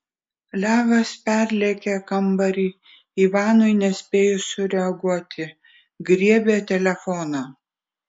levas perlėkė kambarį ivanui nespėjus sureaguoti griebė telefoną